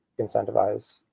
incentivize